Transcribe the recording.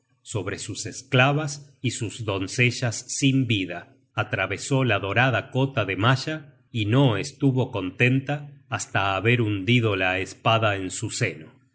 sobre sus esclavas y sus doncellas sin vida atravesó la dorada cota de malla y no estuvo contenta hasta haber hundido la espada en su seno